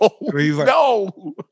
No